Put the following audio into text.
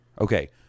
Okay